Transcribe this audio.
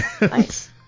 Nice